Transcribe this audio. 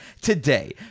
today